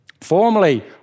formerly